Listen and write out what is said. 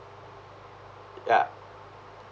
ya